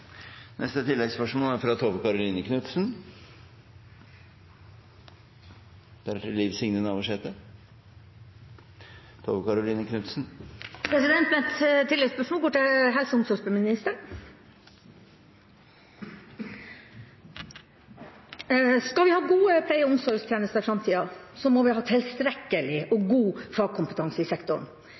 Tove Karoline Knutsen – til oppfølgingsspørsmål. Mitt tilleggsspørsmål går til helse- og omsorgsministeren. Skal vi ha gode pleie- og omsorgstjenester i framtida, må vi ha tilstrekkelig og god fagkompetanse i sektoren.